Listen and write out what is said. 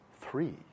Three